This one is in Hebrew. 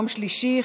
יום שלישי,